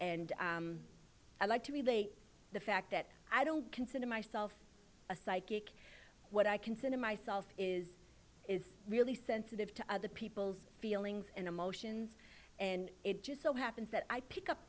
and i like to relate the fact that i don't consider myself a psychic what i consider myself is is really sensitive to other people's feelings and emotions and it just so happens that i pick up